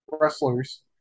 wrestlers